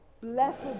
Blessed